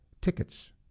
tickets